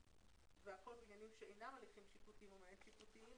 הכול עניינים שאינם הליכים שיפוטיים או מעין שיפוטיים,